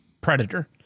Predator